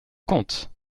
compte